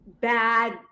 bad